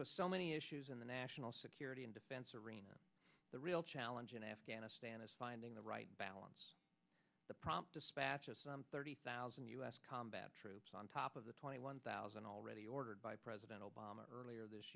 with so many issues in the national security and defense arena the real challenge in afghanistan is finding the right balance the prompt dispatch of thirty thousand u s combat troops on top of the twenty one thousand already ordered by president obama earlier this